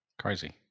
crazy